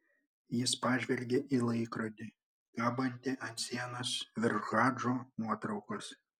jis pažvelgė į laikrodį kabantį ant sienos virš hadžo nuotraukos